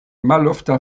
malofta